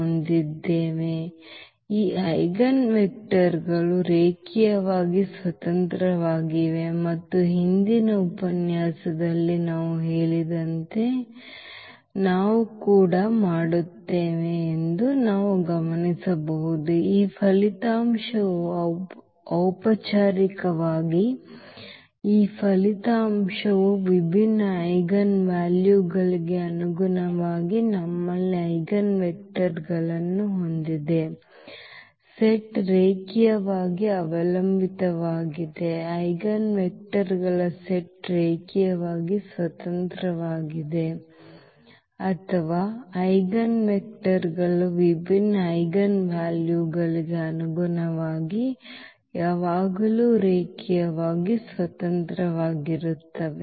ಹೊಂದಿದ್ದೇವೆ ಮತ್ತು ಈ ಐಜೆನ್ ವೆಕ್ಟರ್ಗಳು ರೇಖೀಯವಾಗಿ ಸ್ವತಂತ್ರವಾಗಿವೆ ಮತ್ತು ಹಿಂದಿನ ಉಪನ್ಯಾಸದಲ್ಲಿ ನಾವು ಹೇಳಿದಂತೆ ನಾವು ಕೂಡ ಮಾಡುತ್ತೇವೆ ಎಂದು ನಾವು ಗಮನಿಸಬಹುದು ಈ ಫಲಿತಾಂಶವು ಔಪಚಾರಿಕವಾಗಿ ಈ ಫಲಿತಾಂಶವು ವಿಭಿನ್ನ ಐಜೆನ್ವೆಲ್ಯುಗಳಿಗೆ ಅನುಗುಣವಾಗಿ ನಮ್ಮಲ್ಲಿ ಐಜೆನ್ವೆಕ್ಟರ್ಗಳನ್ನು ಹೊಂದಿದೆ ಸೆಟ್ ರೇಖೀಯವಾಗಿ ಅವಲಂಬಿತವಾಗಿದೆ ಐಜೆನ್ವೆಕ್ಟರ್ಗಳ ಸೆಟ್ ರೇಖೀಯವಾಗಿ ಸ್ವತಂತ್ರವಾಗಿದೆ ಅಥವಾ ಐಜೆನ್ವೆಕ್ಟರ್ಗಳು ವಿಭಿನ್ನ ಐಜೆನ್ವಾಲ್ಯುಗಳಿಗೆ ಅನುಗುಣವಾಗಿ ಯಾವಾಗಲೂ ರೇಖೀಯವಾಗಿ ಸ್ವತಂತ್ರವಾಗಿರುತ್ತವೆ